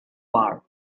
far